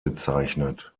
bezeichnet